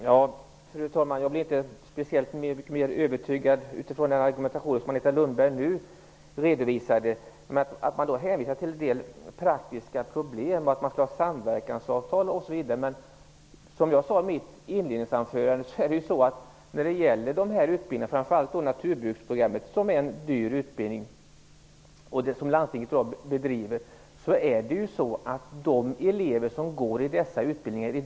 Fru talman! Jag blev inte speciellt mycket mer övertygad av den argumentation som Agneta Lundberg nu redovisade. Man hänvisar till en del praktiska problem, att det skulle ingås samverkansavtal osv. Men, som jag sade i mitt inledningsanförande, de elever som går de här utbildningarna i dag - framför allt då naturbruksprogrammet, som är en dyr utbildning som landstinget bedriver - kommer från många kommuner.